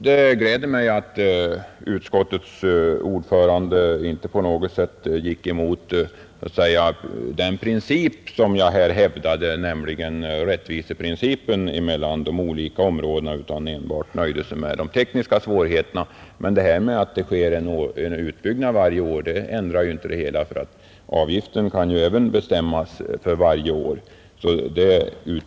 Det gläder mig att utskottets ordförande inte på något sätt argumenterade emot den princip jag här hävdade, nämligen principen om rättvisan mellan de olika områdena, utan nöjde sig med att tala om de tekniska svårigheterna. Men att det sker en utbyggnad av TV-2 nätet varje år utgör inget som helst hinder. Avgiften kan även bestämmas för varje år.